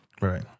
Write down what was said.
Right